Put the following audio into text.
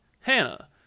Hannah